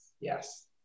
Yes